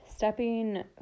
Stepping